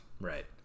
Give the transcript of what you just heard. right